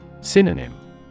Synonym